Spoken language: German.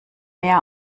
mehr